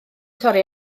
torri